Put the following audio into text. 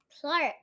Clark